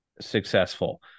successful